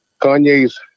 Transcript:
Kanye's